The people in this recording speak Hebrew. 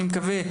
אני מקווה,